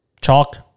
Chalk